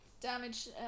Damage